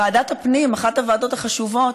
ועדת הפנים, אחת הוועדות החשובות,